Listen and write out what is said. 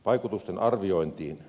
arvoisa puhemies